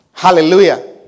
Hallelujah